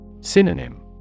Synonym